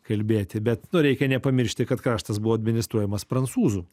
kalbėti bet nu reikia nepamiršti kad kraštas buvo administruojamas prancūzų